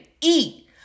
eat